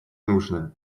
нужно